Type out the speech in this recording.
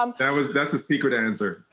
um that's a secret answer.